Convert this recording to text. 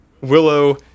Willow